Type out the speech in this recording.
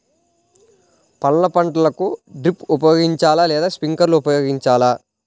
పండ్ల పంటలకు డ్రిప్ ఉపయోగించాలా లేదా స్ప్రింక్లర్ ఉపయోగించాలా?